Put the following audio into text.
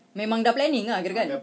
memang dah planning kan dah kan